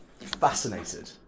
fascinated